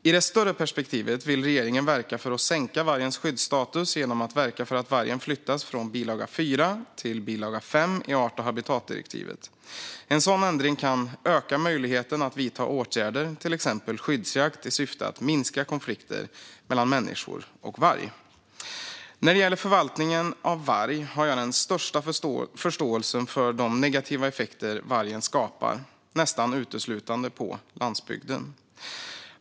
I det större perspektivet vill regeringen verka för att sänka vargens skyddsstatus genom att verka för att vargen flyttas från bilaga 4 till bilaga 5 i art och habitatdirektivet. En sådan ändring kan öka möjligheten att vidta åtgärder, till exempel skyddsjakt, i syfte att minska konflikter mellan människor och varg. När det gäller förvaltningen av varg har jag den största förståelse för de negativa effekter vargen skapar, nästan uteslutande på landsbygden.